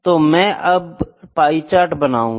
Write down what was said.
तो मैं अब पाई चार्ट बनाऊगा